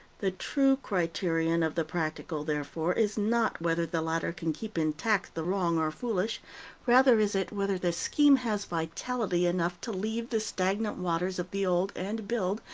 the true criterion of the practical, therefore, is not whether the latter can keep intact the wrong or foolish rather is it whether the scheme has vitality enough to leave the stagnant waters of the old, and build,